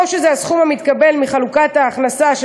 או שזה הסכום המתקבל מחלוקת ההכנסה של